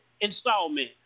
installment